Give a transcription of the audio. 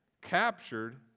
captured